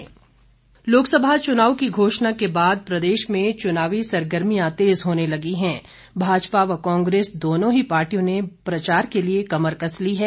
चुनाव प्रचार लोकसभा चुनाव की घोषणा के बाद प्रदेश में चुनावी सरगर्मियां तेज होने लगी हैं भाजपा व कांग्रेस दोनों ही पार्टियों ने प्रचार के लिए कमर कस ली है